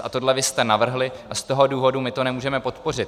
A tohle vy jste navrhli a z toho důvodu my to nemůžeme podpořit.